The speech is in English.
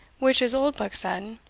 which, as oldbuck said,